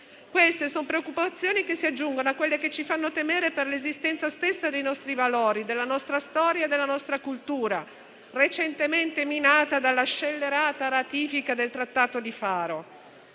Queste sono preoccupazioni che si aggiungono a quelle che ci fanno temere per l'esistenza stessa dei nostri valori, della nostra storia e della nostra cultura, recentemente minata dalla scellerata ratifica della Convenzione di Faro.